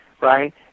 right